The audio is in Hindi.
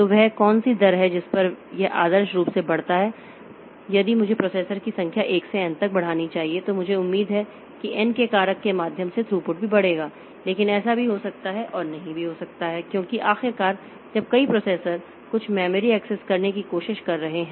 तो वह कौन सी दर है जिस पर यह आदर्श रूप से बढ़ता है यदि मुझे प्रोसेसर की संख्या 1 से n तक बढ़ानी चाहिए तो मुझे उम्मीद है कि एन के कारक के माध्यम से थ्रूपुट भी बढ़ेगा लेकिन ऐसा हो भी सकता है और नहीं भी हो सकता है क्योंकि आखिरकार जब कई प्रोसेसर कुछ मेमोरी एक्सेस करने की कोशिश कर रहे हैं